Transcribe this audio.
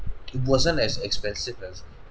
it wasn't as expensive as